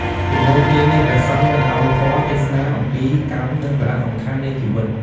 ជាមួយគ្នានេះ ព្រះសង្ឃនឹងឲ្យធម៌ ទេសនាអំពី កម្ម និងសារៈសំខាន់នៃជីវិត។